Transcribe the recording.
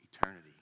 eternity